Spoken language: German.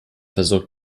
versorgt